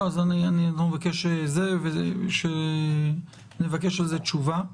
נבקש על זה תשובה.